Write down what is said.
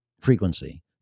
frequency